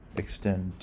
extend